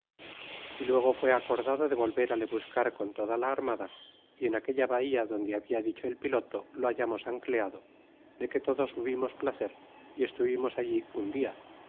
y luego fué acordado de volver le buscar con toda la armada y en aquella bahía donde habia dicho el piloto lo hallamos ancleado de que todos hubimos placer y estuvimos allí un dia